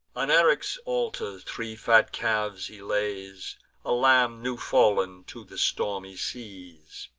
on eryx's altars three fat calves he lays a lamb new-fallen to the stormy seas